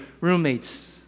roommates